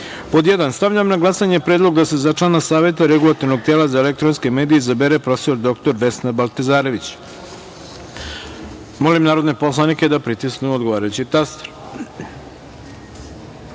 poslanika.1. Stavljam na glasanje predlog da se za člana Saveta Regulatornog tela za elektronske medije izabere prof. dr Vesna Baltezarević. Molim poslanike da pritisnu odgovarajući